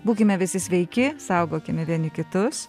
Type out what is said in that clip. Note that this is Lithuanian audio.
būkime visi sveiki saugokime vieni kitus